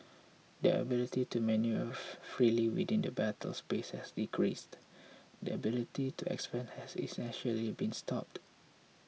their ability to manoeuvre freely within the battle spaces has decreased their ability to expand has essentially been stopped